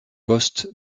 post